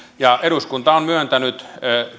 eduskunta on